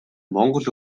монгол